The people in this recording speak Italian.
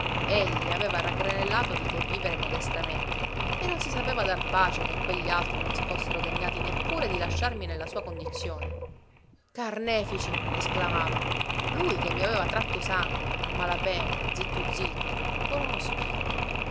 egli aveva raggranellato di che vivere modestamente e non si sapeva dar pace che quegli altri non si fossero degnati neppure di lasciarmi nella sua condizione carnefici esclamava lui che mi aveva tratto sangue a mala pena zitto zitto con uno spillo